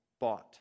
bought